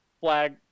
Flag